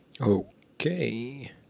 Okay